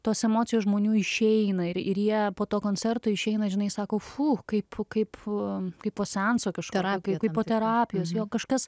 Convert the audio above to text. tos emocijos žmonių išeina ir ir jie po to koncerto išeina žinai sako fu kaip kaip kaip po seanso kažkokio kaip po terapijos jo kažkas